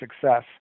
success